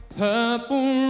purple